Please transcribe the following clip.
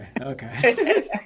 okay